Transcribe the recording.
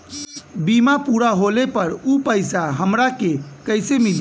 बीमा पूरा होले पर उ पैसा हमरा के कईसे मिली?